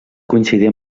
coincidir